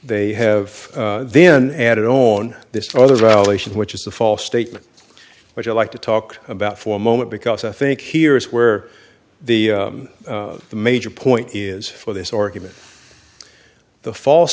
they have then added on this other violation which is the false statement which i'd like to talk about for a moment because i think here is where the the major point is for this or given the false